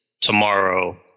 tomorrow